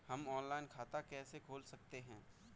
हम ऑनलाइन खाता कैसे खोल सकते हैं?